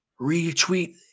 retweet